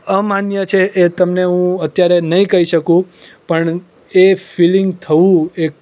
અમાન્ય છે એ તમને હું અત્યારે નહીં કહી શકું પણ એ ફીલિંગ થવું એ